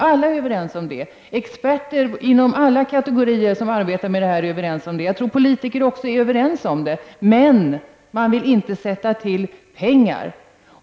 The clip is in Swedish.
Alla är överens om det, experter inom alla kategorier som arbetar med de här frågorna är överens om det. Jag tror att också politikerna är överens om det, men man vill inte sätta till pengar.